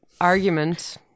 argument